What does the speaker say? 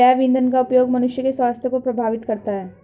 जैव ईंधन का उपयोग मनुष्य के स्वास्थ्य को प्रभावित करता है